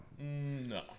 No